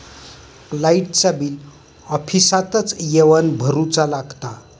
लाईटाचा बिल ऑफिसातच येवन भरुचा लागता?